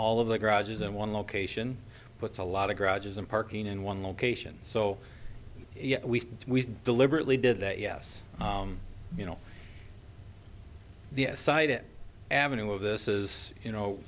all of the garages in one location puts a lot of grudges and parking in one location so we deliberately did that yes you know the site it avenue of this is you know